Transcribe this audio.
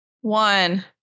one